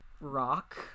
rock